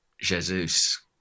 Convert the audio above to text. Jesus